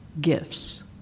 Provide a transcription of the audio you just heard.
gifts